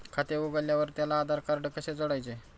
खाते उघडल्यावर त्याला आधारकार्ड कसे जोडायचे?